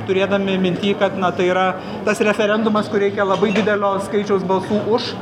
turėdami minty kad na tai yra tas referendumas kur reikia labai didelio skaičiaus balsų už